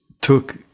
took